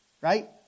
right